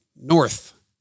north